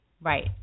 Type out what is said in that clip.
Right